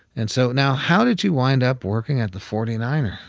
and so now how did you wind up working at the forty nine er?